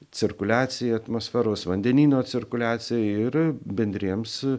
cirkuliacijai atmosferos vandenyno cirkuliacijai ir bendriems